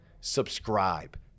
subscribe